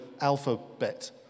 alphabet